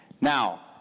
Now